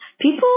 People